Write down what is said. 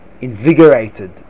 invigorated